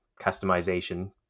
customization